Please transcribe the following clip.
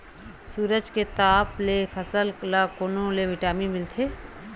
सूरज के ताप ले फसल ल कोन ले विटामिन मिल थे?